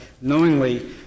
knowingly